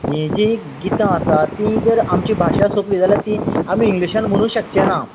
हीं जी गितां आसा ती जर आमची भाशा सोंपली जाल्यार ती आमी इंग्लीशान म्हणू शकचें ना